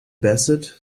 bassett